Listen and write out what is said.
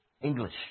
English